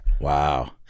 Wow